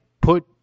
put